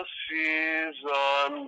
season